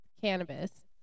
cannabis